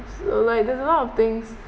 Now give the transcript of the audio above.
so like there's a lot of things